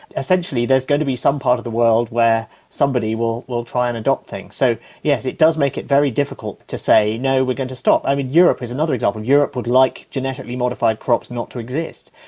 essentially there's going to be some part of the world where somebody will will try and adopt things. so yes, it does make it very difficult to say no, we're going to stop. i mean, europe is another example, europe would like genetically modified crops not to exist.